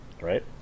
Right